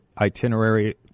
itinerary